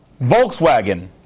Volkswagen